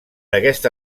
aquesta